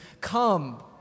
come